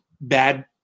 bad